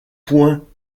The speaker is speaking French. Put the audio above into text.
points